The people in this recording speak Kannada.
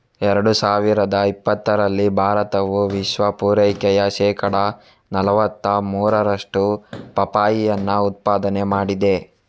ಎರಡು ಸಾವಿರದ ಇಪ್ಪತ್ತರಲ್ಲಿ ಭಾರತವು ವಿಶ್ವ ಪೂರೈಕೆಯ ಶೇಕಡಾ ನಲುವತ್ತ ಮೂರರಷ್ಟು ಪಪ್ಪಾಯಿಯನ್ನ ಉತ್ಪಾದನೆ ಮಾಡಿದೆ